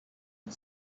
and